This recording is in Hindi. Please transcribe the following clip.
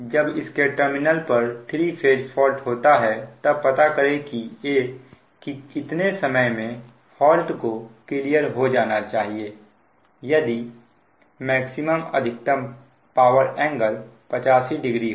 जब इसके टर्मिनल पर 3 फेज फॉल्ट होता है तब पता करें कि इतने समय में फॉल्ट को क्लियर हो जाना चाहिए यदि अधिकतम पावर एंगल 850 हो